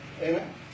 Amen